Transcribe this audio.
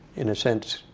in a sense,